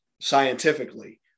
scientifically